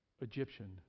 Egyptian